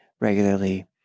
regularly